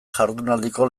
jardunaldiko